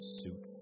suit